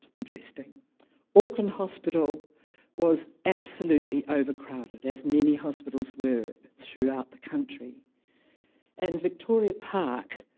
interesting auckland hospital was absolutely overcrowded, as many hospitals were throughout the country and victoria park,